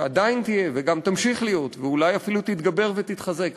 ועדיין תהיה וגם תמשיך להיות ואולי אפילו תתגבר ותתחזק,